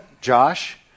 Josh